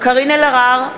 קארין אלהרר,